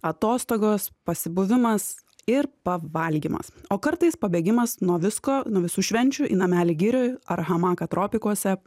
atostogos pasibuvimas ir pavalgymas o kartais pabėgimas nuo visko nuo visų švenčių į namelį girioj ar hamaką tropikuose